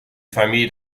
famille